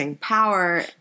power